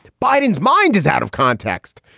biden's mind is out of context.